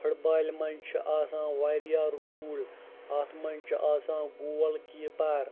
foot بالہِ منٛز چھِ آسان واریاہ روٗل اَتھ منٛز چھِ آسان گول کیٖپَر